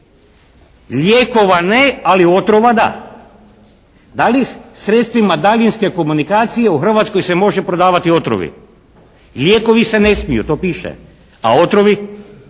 Lijekova ne, ali otrova da. Da li sredstvima daljinske komunikacije u Hrvatskoj se može prodavati otrovi? Lijekovi se ne smiju, to piše, a otrovi?